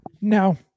No